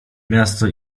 miasto